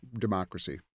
democracy